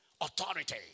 authority